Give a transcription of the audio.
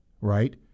right